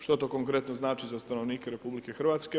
Što to konkretno znači za stanovnike RH?